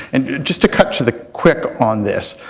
and just to cut to the quick on this.